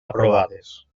aprovades